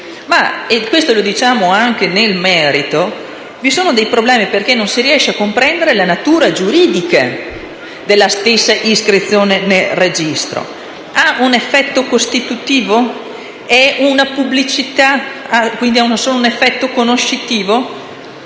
Questo lo diciamo anche nel merito: vi sono dei problemi, perché non si riesce a comprendere la natura giuridica della stessa iscrizione del registro. Ha un effetto costitutivo? È una pubblicità e quindi ha solo un effetto conoscitivo?